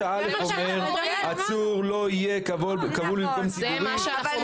סעיף 9א אומר שעצור לא יהיה כבול במקום ציבורי אלא לפי הוראות אלה.